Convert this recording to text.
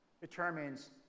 determines